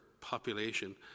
population